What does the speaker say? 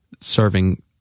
serving